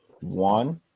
one